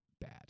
Bad